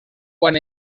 quan